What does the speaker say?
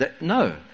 No